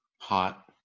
hot